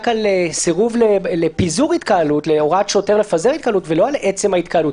על סירוב להוראת שוטר לפיזור התקהלות ולא על עצם ההתקהלות.